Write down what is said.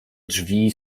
drzwi